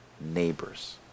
neighbors